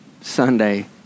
Sunday